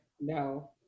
no